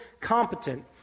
competent